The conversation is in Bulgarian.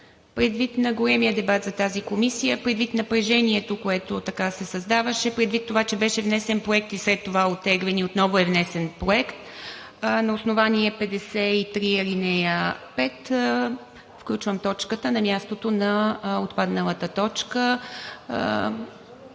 Предвид на големия дебат за тази комисия, предвид напрежението, което се създаваше и предвид на това, че беше внесен проект и след това оттеглен и отново е внесен проект на основание чл. 53, ал. 5, включвам точката на мястото на отпадналата точка.